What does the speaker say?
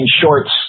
shorts